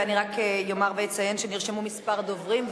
ואני רק אומר ואציין שנרשמו כמה דוברים,